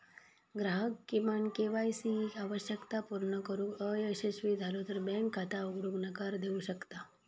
ग्राहक किमान KYC आवश्यकता पूर्ण करुक अयशस्वी झालो तर बँक खाता उघडूक नकार देऊ शकता